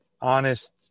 honest